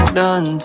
done